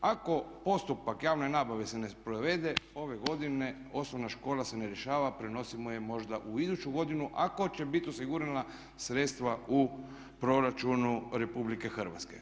Ako postupak javne nabave se ne provede ove godine osnovna škola se ne rješava, prenosimo je možda u iduću godinu ako će biti osigurana sredstva u Proračunu Republike Hrvatske.